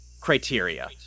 criteria